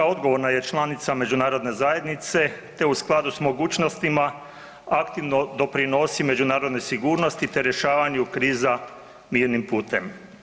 RH odogovorna je članica međunarodne zajednice te u skladu s mogućnostima aktivno doprinosi međunarodnoj sigurnosti te rješavanju kriza mirnim putem.